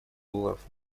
долларов